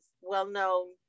well-known